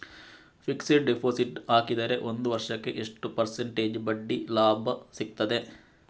Fixed deposit ಹಾಕಿದರೆ ಒಂದು ವರ್ಷಕ್ಕೆ ಎಷ್ಟು ಪರ್ಸೆಂಟೇಜ್ ಬಡ್ಡಿ ಲಾಭ ಸಿಕ್ತದೆ?